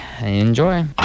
enjoy